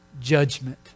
judgment